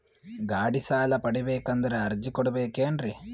ಗಾಡಿ ಸಾಲ ಪಡಿಬೇಕಂದರ ಅರ್ಜಿ ಕೊಡಬೇಕೆನ್ರಿ?